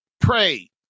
Pray